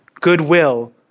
goodwill